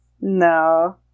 No